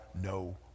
no